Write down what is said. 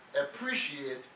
appreciate